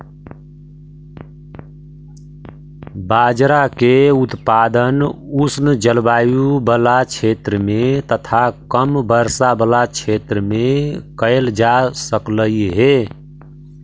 बाजरा के उत्पादन उष्ण जलवायु बला क्षेत्र में तथा कम वर्षा बला क्षेत्र में कयल जा सकलई हे